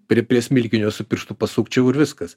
prie prie smilkinio su pirštu pasukčiavau ir viskas